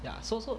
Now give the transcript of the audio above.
ya so so